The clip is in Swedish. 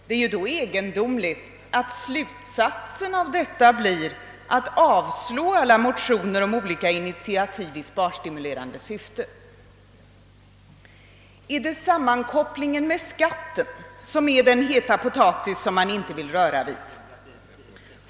Det är då egendomligt att slutsatsen blir ett avslag på alla motioner om olika initiativ i sparstimulerande syfte. Är sammankopplingen med skatten den heta potatis som man inte vill röra vid?